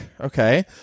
okay